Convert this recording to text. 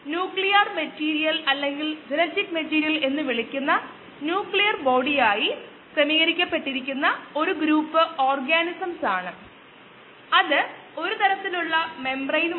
നിങ്ങൾക്ക് സംശയമുണ്ടെങ്കിൽ നിങ്ങൾ പോയി അത് പരിഹരിച്ച് സ്വയം ബോധ്യപ്പെടുത്തുക അത് തീർച്ചയായും പരിഹാരമാണെന്ന്